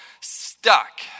stuck